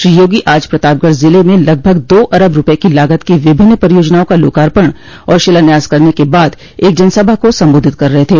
श्री योगी आज प्रतापगढ़ जिले में लगभग दो अरब रूपये की लागत की विभिन्न परियोजनाओं का लोकार्पण और शिलान्यास करने के बाद एक जनसभा को संबोधित कर रहे थे